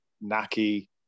Naki